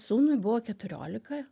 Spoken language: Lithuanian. sūnui buvo keturiolika